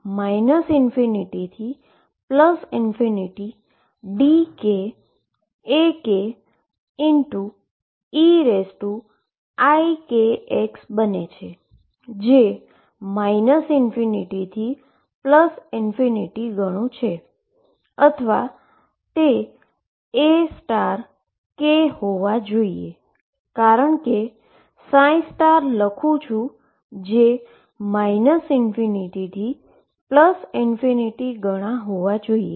જે ∞ થી ∞ ગણુ છે અથવા તે Ak હોવા જોઈએ કારણ કે લખુ છું જે ∞ થી ∞ ગણા હોવા જોઈએ